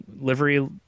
livery